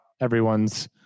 everyone's